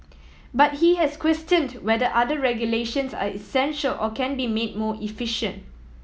but he has questioned whether other regulations are essential or can be made more efficient